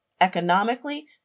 economically